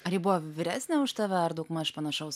ar ji buvo vyresnė už tave ar daugmaž panašaus